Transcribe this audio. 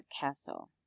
Castle